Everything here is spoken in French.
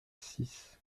six